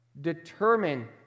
determine